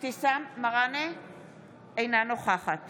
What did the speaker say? אינה נוכחת